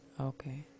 Okay